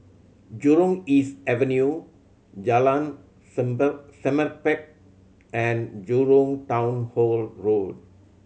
Jurong East Avenue Jalan Semerbak and Jurong Town Hall Road